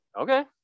Okay